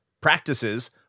practices